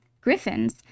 griffins